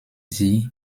sie